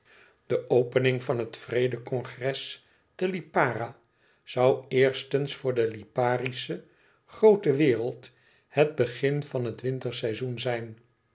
de opening van het vrede congres te lipara zoû eerstens voor de liparische groote wereld het begin van het winter seizoen zijn